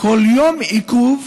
כל יום עיכוב